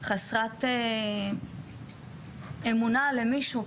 חסרת אמונה במישהו,